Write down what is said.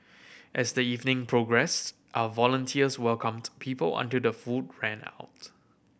as the evening progressed our volunteers welcomed people until the food ran out